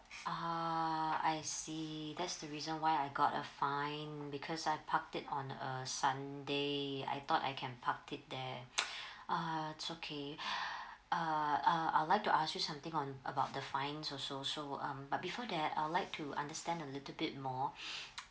ah I see the that's the reason why I got a fine because I park it on uh sunday I thought I can park it there uh it's okay uh I would like to ask you something on about the fines also so um but before that I would like to understand a little bit more